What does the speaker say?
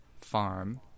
farm